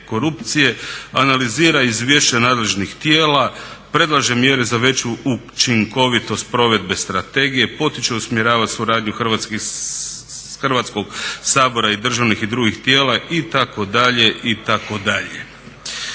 korupcije, analizira izvješća nadležnih tijela, predlaže mjere za veću učinkovitost provedbe strategije, potiče i usmjerava suradnju Hrvatskog sabora i državnih i drugih tijela itd., itd.